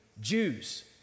Jews